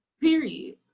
Period